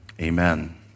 Amen